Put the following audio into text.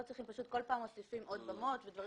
פשוט בכל פעם מוסיפים עוד במות ודברים